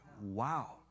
Wow